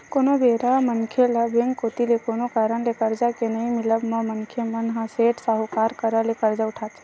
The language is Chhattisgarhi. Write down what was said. कोनो बेरा मनखे ल बेंक कोती ले कोनो कारन ले करजा के नइ मिलब म मनखे मन ह सेठ, साहूकार करा ले करजा उठाथे